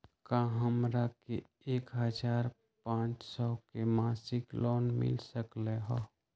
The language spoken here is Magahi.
का हमरा के एक हजार पाँच सौ के मासिक लोन मिल सकलई ह?